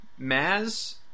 Maz